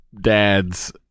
dads